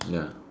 ya